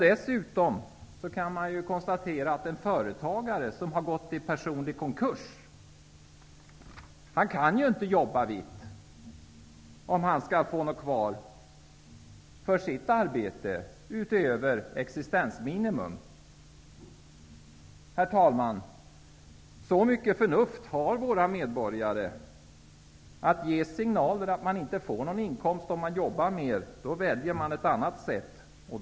Dessutom kan man konstatera att en företagare som har gått i personlig konkurs inte kan jobba vitt om han för sitt arbete skall få något kvar utöver existensminimum. Herr talman! Så mycket förnuft har våra medborgare att de väljer ett annat sätt om det ges signaler om att de inte får någon inkomst om de jobbar mer.